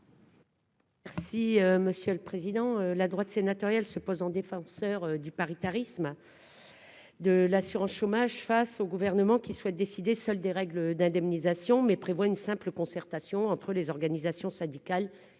Merci monsieur le président, la droite sénatoriale se pose en défenseur du paritarisme, de l'assurance chômage, face au gouvernement qui souhaite décider seuls des règles d'indemnisation, mais prévoit une simple concertation entre les organisations syndicales